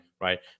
right